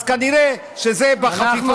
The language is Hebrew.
אז כנראה שזה בחקיקה שלכם,